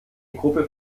gruppe